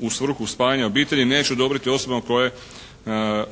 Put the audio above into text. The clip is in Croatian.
u svrhu spajanja obitelji neće odobriti osobama koje